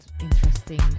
interesting